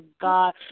god